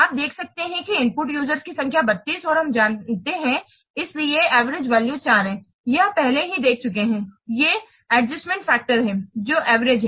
आप देख सकते हैं कि इनपुट यूजरस की संख्या 32 है और हम जानते हैं इसलिए एवरेज वैल्यू 4 है यह पहले ही दे चुका है ये एडजस्टमेंट फैक्टर्स है जो एवरेज हैं